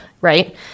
right